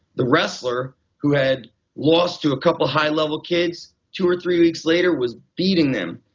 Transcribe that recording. the wrestler who had lost to a couple of high level kids, two or three weeks later was beating them.